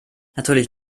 natürlich